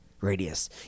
Radius